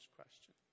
question